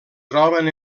troben